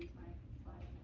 my slides.